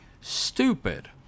stupid